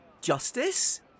Justice